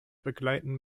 begleiten